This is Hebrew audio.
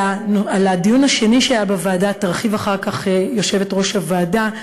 על הדיון השני שהיה בוועדה תרחיב אחר כך יושבת-ראש הוועדה.